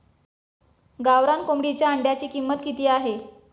गावरान कोंबडीच्या अंड्याची किंमत किती आहे?